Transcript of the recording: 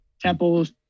temples